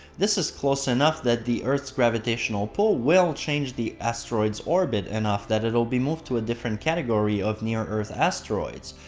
this is close enough that the earth's gravitational pull will change the asteroid's orbit enough that it'll be moved to a different category of near-earth asteroids,